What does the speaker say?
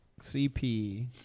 CP